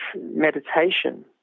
meditation